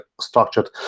structured